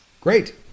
Great